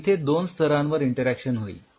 इथे दोन स्तरांवर इंटरॅक्शन होईल